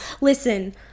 Listen